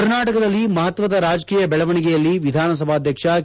ಕರ್ನಾಟಕದಲ್ಲಿ ಮಹತ್ವದ ರಾಜಕೀಯ ಬೆಳವಣಿಗೆಯಲ್ಲಿ ವಿಧಾನಸಭಾಧ್ಯಕ್ಷ ಕೆ